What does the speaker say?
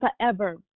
forever